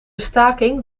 staking